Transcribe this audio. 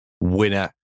winner